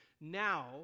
now